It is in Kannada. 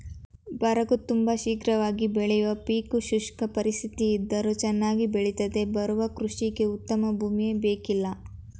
ಬರಗು ತುಂಬ ಶೀಘ್ರವಾಗಿ ಬೆಳೆಯುವ ಪೀಕು ಶುಷ್ಕ ಪರಿಸ್ಥಿತಿಯಿದ್ದರೂ ಚನ್ನಾಗಿ ಬೆಳಿತದೆ ಬರಗು ಕೃಷಿಗೆ ಉತ್ತಮ ಭೂಮಿಯೇ ಬೇಕಿಲ್ಲ